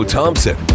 Thompson